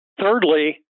Thirdly